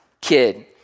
kid